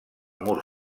mur